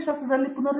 ಪ್ರತಾಪ್ ಹರಿಡೋಸ್ ಸರಿ